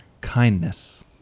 kindness